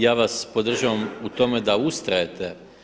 Ja sva podržavam u tome da ustrajete.